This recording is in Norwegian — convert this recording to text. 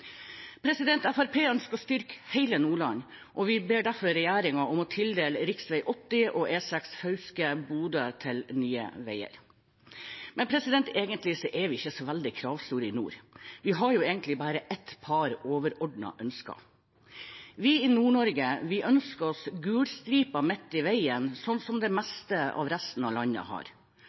ønsker å styrke hele Nordland, og vi ber derfor regjeringen tildele rv. 80 og E6 Fauske–Bodø til Nye Veier. Men egentlig er vi ikke så veldig kravstore i nord, vi har bare et par overordnede ønsker: Vi i Nord-Norge ønsker oss gul stripe midt i veien, sånn som det meste av resten av landet har,